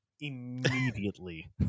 immediately